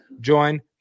Join